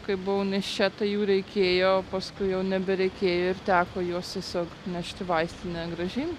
kai buvau nėščia tai jų reikėjo paskui jau nebereikėjo ir teko juos tiesiog nešt į vaistinę grąžin